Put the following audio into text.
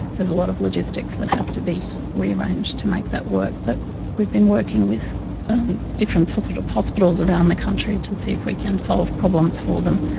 there's a lot of logistics that have to be rearranged to make that work. but we've been working with um different ah sort of hospitals around the country to see if we can solve problems for them,